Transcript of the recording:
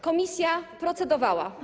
Komisja procedowała.